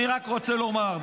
אני רק רוצה לומר,